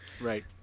Right